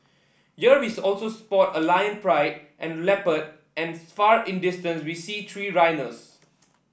here we also spot a lion pride and a leopard and far in the distance we see three rhinos